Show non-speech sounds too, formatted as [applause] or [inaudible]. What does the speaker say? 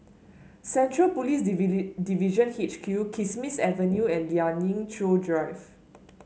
Central Police [unintelligible] Division H Q Kismis Avenue and Lien Ying Chow Drive